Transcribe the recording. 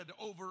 over